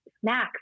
snacks